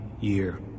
year